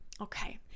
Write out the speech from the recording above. Okay